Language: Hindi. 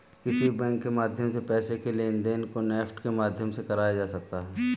किसी भी बैंक के माध्यम से पैसे के लेनदेन को नेफ्ट के माध्यम से कराया जा सकता है